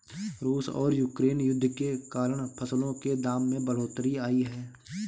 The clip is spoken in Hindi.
रूस और यूक्रेन युद्ध के कारण फसलों के दाम में बढ़ोतरी आई है